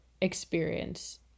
experience